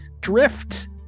drift